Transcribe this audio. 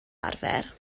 arfer